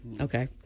Okay